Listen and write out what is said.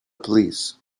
police